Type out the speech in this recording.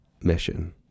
mission